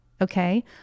okay